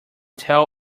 tell